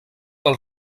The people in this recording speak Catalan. del